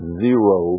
zero